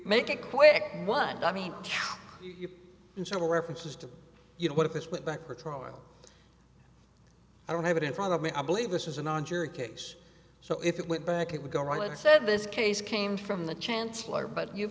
make it quick what i mean to you in several references to you know what if this went back for trial i don't have it in front of me i believe this is a non jury case so if it went back it would go right out and said this case came from the chancellor but you